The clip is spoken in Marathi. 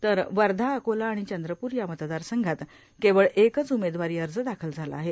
तर वर्धा अकोला आणि चंद्रप्र या मतदार संघात केवळ एकच उमेदवारी अर्ज दाखल झाला आहे